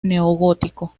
neogótico